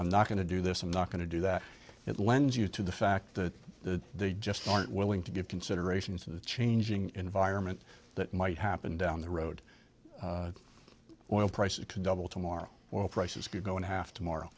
i'm not going to do this i'm not going to do that it lends you to the fact that the just aren't willing to give consideration to the changing environment that might happen down the road oil prices could double tomorrow or prices could go in half tomorrow